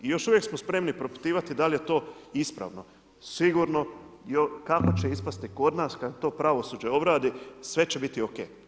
I još uvijek smo spremni propitivati dal je to ispravno, sigurno kako će ispasti kod nas kad to pravosuđe obradi, sve će biti ok.